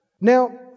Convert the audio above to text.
Now